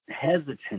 hesitant